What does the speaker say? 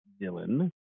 dylan